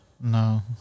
No